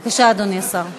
בבקשה, אדוני השר.